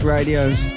Radio's